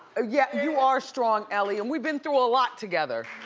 ah yeah, you are strong ellie, and we've been through a lot together